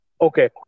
okay